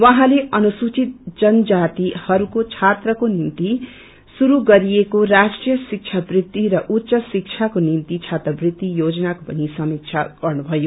उहाँले अनुसुचित जनजातिहरूको छत्रको निम्ति श्रुरू गरिएको राष्ट्रिय शिक्षावृत्ति र उच्च शिक्षाको निम्ति छात्रवृत्ति योजनाको समीक्षा गर्नुभयो